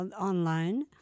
online